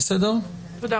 תודה.